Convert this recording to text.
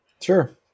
Sure